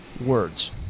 words